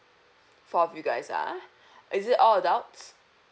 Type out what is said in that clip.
four of you guys ah is it all adults